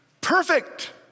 Perfect